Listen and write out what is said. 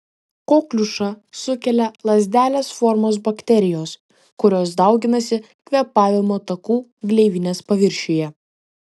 kokliušą sukelia lazdelės formos bakterijos kurios dauginasi kvėpavimo takų gleivinės paviršiuje